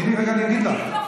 תני רגע, אני אגיד לך.